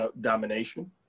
domination